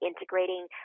integrating